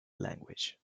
language